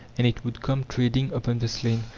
and it would come, treading upon the slain,